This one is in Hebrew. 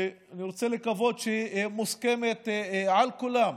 שאני רוצה לקוות שהיא מוסכמת על כולם,